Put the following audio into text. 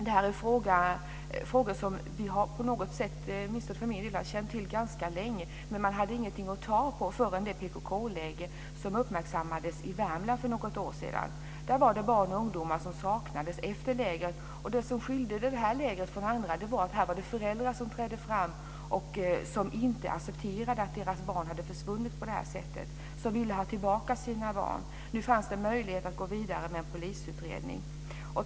Detta är frågor som vi har känt till ganska länge, men vi hade ingenting att ta på förrän PKK-lägret i Värmland uppmärksammades för något år sedan. Efter att lägret hade avslutats saknades några barn och ungdomar. Det som skilde detta läger från andra var att här trädde föräldrar fram som inte accepterade att deras barn hade försvunnit på det sättet, och de ville ha tillbaka sina barn. Nu fanns det möjlighet att gå vidare med en polisutredning.